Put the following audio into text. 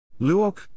Luok